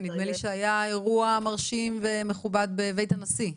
כן נדמה לי שהיה אירוע מרשים ומכובד בבית הנשיא.